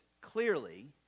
clearly